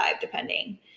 depending